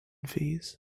fees